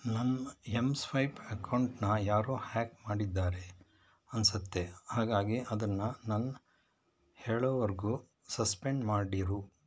ನನ್ನ M swipe ಅಕೌಂಟನ್ನ ಯಾರೋ ಹ್ಯಾಕ್ ಮಾಡಿದ್ದಾರೆ ಅನಿಸುತ್ತೆ ಹಾಗಾಗಿ ಅದನ್ನು ನಾನ್ ಹೇಳೋವರೆಗೂ ಸಸ್ಪೆಂಡ್ ಮಾಡಿರು